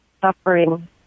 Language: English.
suffering